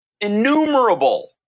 innumerable